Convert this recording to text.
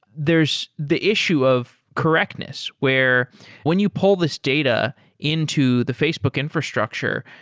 there's the issue of correctness, where when you pull this data into the facebook infrastructure,